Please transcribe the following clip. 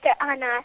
Anna